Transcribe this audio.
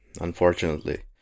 Unfortunately